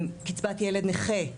קצבת ילד נכה.